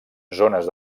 zones